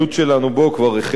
של משרד הבריאות,